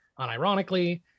unironically